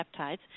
peptides